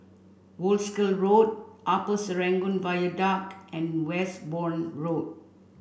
Wolskel Road Upper Serangoon Viaduct and Westbourne Road